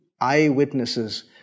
eyewitnesses